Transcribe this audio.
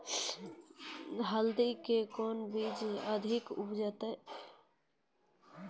हल्दी के कौन बीज अधिक उपजाऊ?